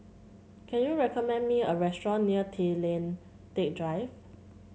can you recommend me a restaurant near Tay Lian Teck Drive